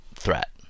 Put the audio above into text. threat